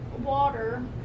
water